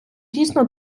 дійсно